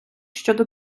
щодо